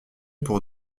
pour